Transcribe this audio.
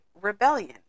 rebellion